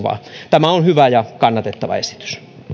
tämä on hyvä ja kannatettava esitys